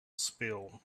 spill